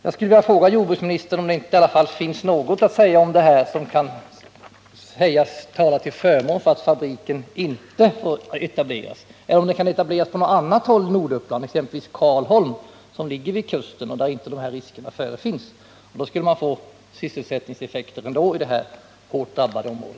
Jag skulle vilja fråga jordbruksministern om det inte i alla fall finns något att säga om detta som kan tala till förmån för att fabriken inte får etableras eller om den kan etableras på något annat håll i Norduppland, exempelvis Karlholm, som ligger vid kusten, där det ju inte blir fråga om samma risker. Då skulle man ändå få sysselsättningseffekter i detta hårt drabbade område.